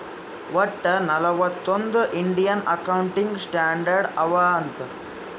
ವಟ್ಟ ನಲ್ವತ್ ಒಂದ್ ಇಂಡಿಯನ್ ಅಕೌಂಟಿಂಗ್ ಸ್ಟ್ಯಾಂಡರ್ಡ್ ಅವಾ ಅಂತ್